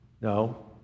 No